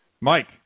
Mike